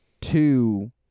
two